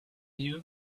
you